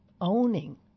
owning